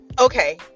Okay